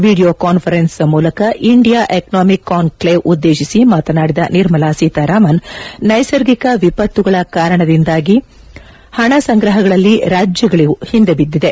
video conference ಮೂಲಕ India economic conclave ಉದ್ಲೇತಿಸಿ ಮಾತನಾಡಿದ ನಿರ್ಮಲಾ ಸೀತಾರಾಮನ್ ನೈಸರ್ಗಿಕ ವಿಪತ್ತುಗಳ ಕಾರಣದಿಂದಾಗಿ ಪಣ ಸಂಗ್ರಹಗಳಲ್ಲಿ ರಾಜ್ಞಗಳು ಹಿಂದೆ ಬಿದ್ದಿದೆ